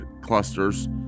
clusters